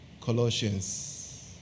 Colossians